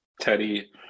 Teddy